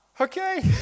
Okay